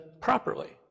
properly